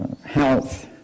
health